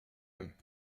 him